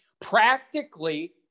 Practically